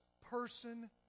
person